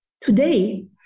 Today